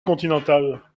continental